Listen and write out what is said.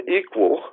equal